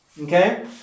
Okay